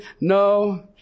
No